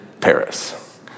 Paris